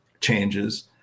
changes